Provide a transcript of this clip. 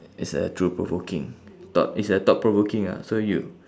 it's a truth provoking thought it's a thought provoking ah so you